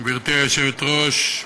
גברתי היושבת-ראש,